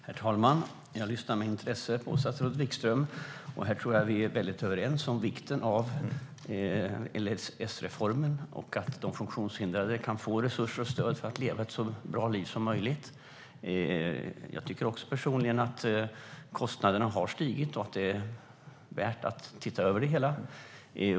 Herr talman! Jag lyssnar med intresse på statsrådet Wikström, och jag tror att vi är överens om vikten av LSS-reformen och att de funktionshindrade kan få resurser och stöd för att kunna leva ett så bra liv som möjligt. Personligen tycker jag också att kostnaderna har stigit och att det är värt att se över dem.